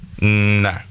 No